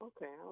Okay